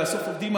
לאסוף עובדים,